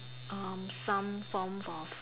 um some form of